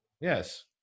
Yes